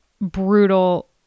brutal